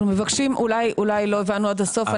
אנחנו מבקשים, אולי לא הבנו עד הסוף.